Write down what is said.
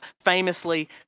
famously